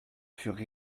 furent